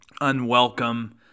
unwelcome